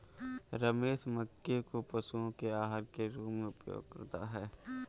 रमेश मक्के को पशुओं के आहार के रूप में उपयोग करता है